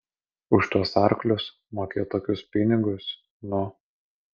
už tuos arklius mokėt tokius pinigus nu